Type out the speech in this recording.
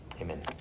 Amen